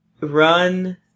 run